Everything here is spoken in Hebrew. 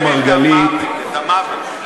חבר הכנסת אראל מרגלית, את המוות.